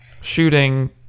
shooting